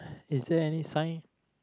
is there any sign